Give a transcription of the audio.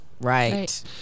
Right